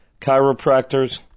chiropractors